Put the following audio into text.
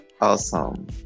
Awesome